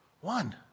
One